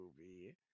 movie